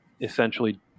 essentially